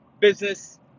business